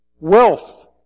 wealth